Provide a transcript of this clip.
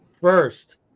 first